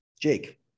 Jake